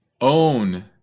own